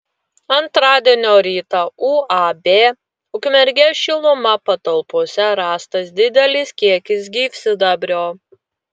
antradienio rytą uab ukmergės šiluma patalpose rastas didelis kiekis gyvsidabrio